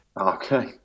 Okay